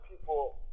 people